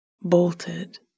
bolted